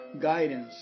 guidance